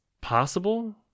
possible